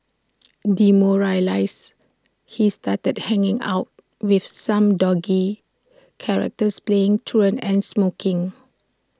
demoralised he started hanging out with some dodgy characters playing truant and smoking